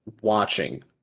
watching